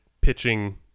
pitching